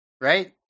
right